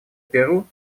перу